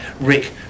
Rick